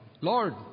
Lord